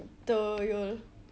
toyol